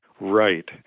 Right